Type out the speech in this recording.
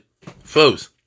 foes